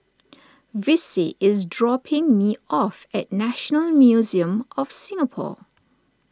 Vicie is dropping me off at National Museum of Singapore